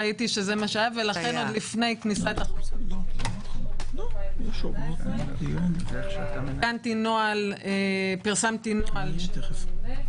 לכן באוגוסט 2018 פרסמתי נוהל של הממונה,